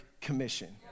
Commission